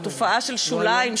או תופעה של שוליים,